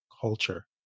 culture